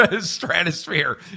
stratosphere